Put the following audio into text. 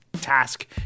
task